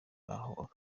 aho